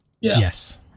Yes